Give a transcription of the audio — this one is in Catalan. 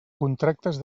contractes